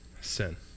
sin